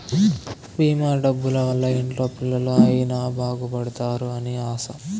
భీమా డబ్బుల వల్ల ఇంట్లో పిల్లలు అయిన బాగుపడుతారు అని ఆశ